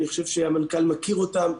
אני חושב שהמנכ"ל מכיר אותם.